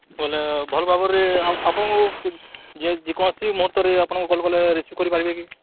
ବୋଲେ ଭଲ ଭାବରେ ଆପଣଙ୍କ ଯେ ଯେକୌଣସି ମୁହୂର୍ତ୍ତରେ ଆପଣଙ୍କୁ କଲ୍ କଲେ ରିସିଭ୍ କରି ପାରିବେ କି